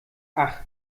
ach